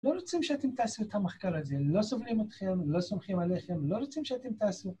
לא רוצים שאתם תעשו את המחקר הזה, לא סובלים אתכם, לא סומכים עליכם, לא רוצים שאתם תעשו.